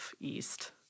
east